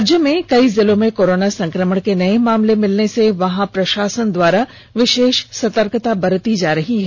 राज्य के कई जिलों में कोरोना संकमण के नए मामले मिलने से वहां के प्रशासन द्वारा विशेष सतर्कता बरती जा रही है